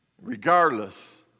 Regardless